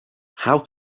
how